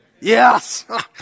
Yes